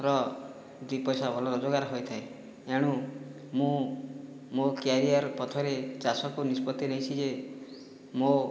ର ଦୁଇ ପଇସା ଭଲ ରୋଜଗାର ହୋଇଥାଏ ଏଣୁ ମୁଁ ମୋ' କ୍ୟାରିଅର ପଥରେ ଚାଷକୁ ନିଷ୍ପତ୍ତି ନେଇଛି ଯେ ମୋ'